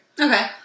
Okay